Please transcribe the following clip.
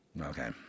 Okay